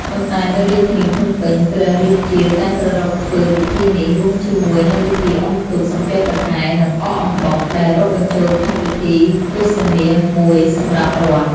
ប៉ុន្តែ នៅរាជធានីភ្នំពេញ ព្រះរាជាតែងប្រារព្ធធ្វើពិធីនេះ រួមជាមួយនឹងពិធីអុំទូក សំពះព្រះខែ និងអកអំបុក ដែលរាប់បញ្ចូលក្នុងពិធីទសមាសមួយសម្រាប់រដ្ឋ ។